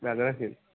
नाजागासै